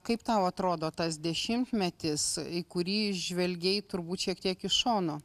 kaip tau atrodo tas dešimtmetis į kurį žvelgei turbūt šiek tiek iš šono